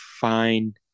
fine